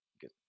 good